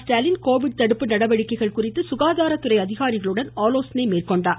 Stalin Covid தடுப்பு நடவடிக்கைகள் குறித்து சுகாதாரத்துறை அதிகாரிகளுடன் ஆலோசனை மேற்கொண்டார்